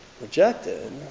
rejected